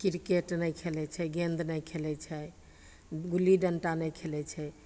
cricket नहि खेलै छै गेन्द नहि खेलै छै गुल्ली डण्टा नहि खेलै छै